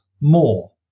more